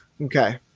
Okay